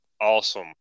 awesome